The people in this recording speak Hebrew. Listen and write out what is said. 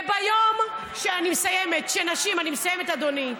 וביום, אני מסיימת, אני מסיימת, אדוני,